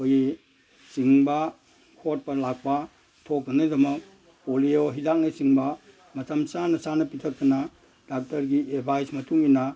ꯑꯩꯈꯣꯏꯒꯤ ꯆꯤꯡꯕ ꯈꯣꯠꯄ ꯂꯥꯛꯄ ꯊꯣꯛꯇꯅꯕꯩꯗꯃꯛ ꯄꯣꯂꯤꯌꯣ ꯍꯤꯗꯥꯛꯅ ꯆꯤꯡꯕ ꯃꯇꯝ ꯆꯥꯅ ꯆꯥꯟ ꯄꯤꯊꯛꯇꯅ ꯗꯥꯛꯇꯔꯒꯤ ꯑꯦꯗꯚꯥꯏꯁ ꯃꯇꯨꯡ ꯏꯟꯅ